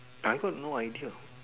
I got no idea